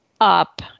up